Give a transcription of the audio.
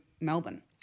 Melbourne